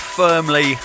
firmly